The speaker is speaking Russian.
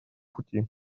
пути